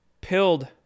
Pilled